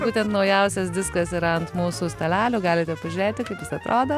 būtent naujausias diskas yra ant mūsų stalelio galite pažiūrėti kaip jis atrado